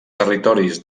territoris